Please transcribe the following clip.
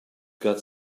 got